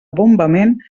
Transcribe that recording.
bombament